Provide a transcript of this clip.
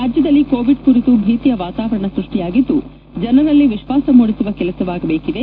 ರಾಜ್ಯದಲ್ಲಿ ಕೋವಿಡ್ ಕುರಿತು ಭೀತಿಯ ವಾತಾವರಣ ಸೃಷ್ಠಿಯಾಗಿದ್ದು ಜನರಲ್ಲಿ ವಿಶ್ವಾಸ ಮೂಡಿಸುವ ಕೆಲಸವಾಗಬೇಕಿದೆ